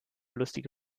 lustige